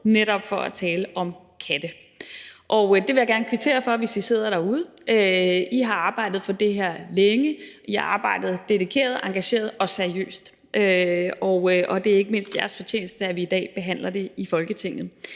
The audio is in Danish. netop at tale om katte. Det vil jeg gerne kvittere for, hvis I sidder derude. I har arbejdet for det her længe, I har arbejdet dedikeret, engageret og seriøst, og det er ikke mindst jeres fortjeneste, at vi i dag behandler det i Folketinget.